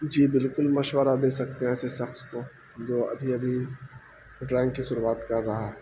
جی بالکل مشورہ دے سکتے ہیں ایسے سخص کو جو ابھی ابھی ڈرائنگ کی شروعات کر رہا ہے